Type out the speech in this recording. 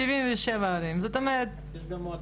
חבר מועצה,